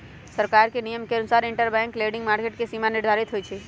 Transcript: सरकार के नियम के अनुसार इंटरबैंक लैंडिंग मार्केट के सीमा निर्धारित होई छई